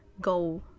go